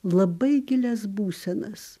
labai gilias būsenas